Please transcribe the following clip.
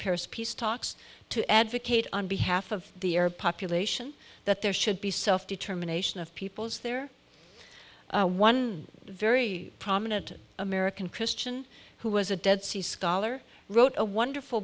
paris peace talks to advocate on behalf of the arab population that there should be self determination of peoples there one very prominent american christian who was a dead sea scholar wrote a wonderful